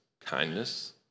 kindness